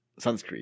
sunscreen